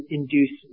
induce